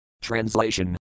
Translation